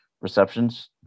receptions